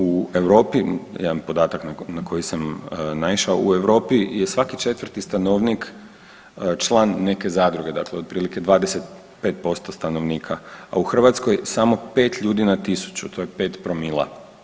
U Europi, jedan podatak na koji sam naišao, u Europi je svaki 4 stanovnik član neke zadruge, dakle otprilike 25% stanovnika, a u Hrvatskoj samo 5 ljudi na 1000 to je 5 promila.